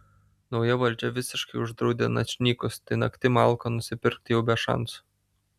nauja valdžia visiškai uždraudė načnykus tai naktim alko nusipirkt jau be šansų